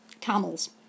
Camels